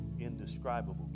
indescribable